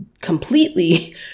completely